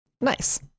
Nice